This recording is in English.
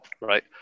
right